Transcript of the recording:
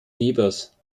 webers